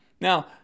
Now